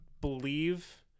believe